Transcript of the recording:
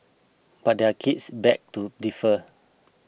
but their kids beg to differ